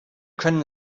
können